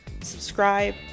subscribe